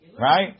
right